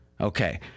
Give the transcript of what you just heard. Okay